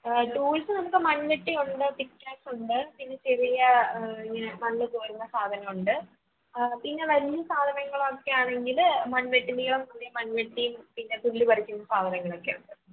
tools നമുക്ക് മൺചട്ടിയുണ്ട് പിക്കാസുണ്ട് പിന്നെ ചെറിയ ഇങ്ങനെ മണ്ണ് കോരുന്ന സാധനമുണ്ട് പിന്നെ വലിയ സാധനങ്ങളൊക്കെ ആണെങ്കില് മൺവെട്ടി നീളം കൂടിയ മൺവെട്ടി പിന്നെ പുല്ല് പറിക്കുന്ന സാധനകളൊക്കെയുണ്ട്